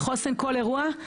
בחוסן כל אירוע,